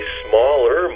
smaller